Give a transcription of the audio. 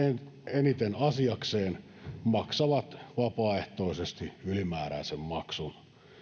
eniten asiakseen maksavat vapaaehtoisesti ylimääräisen maksun